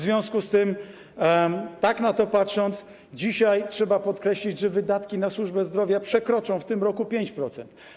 W związku z tym, tak na to patrząc, dzisiaj trzeba podkreślić, że wydatki na służbę zdrowia przekroczą w tym roku 5%.